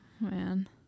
man